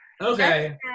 Okay